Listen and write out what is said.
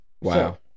Wow